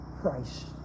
Christ